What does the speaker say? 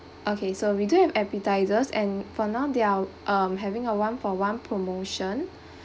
okay so we do have appetisers and for now they are um having a one for one promotion